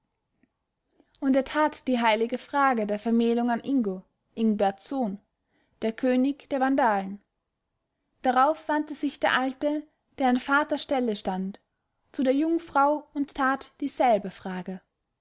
und er tat die heilige frage der vermählung an ingo ingberts sohn den könig der vandalen darauf wandte sich der alte der an vaterstelle stand zu der jungfrau und tat dieselbe frage